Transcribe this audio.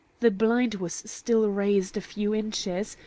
the blind was still raised a few inches,